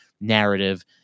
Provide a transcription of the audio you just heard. narrative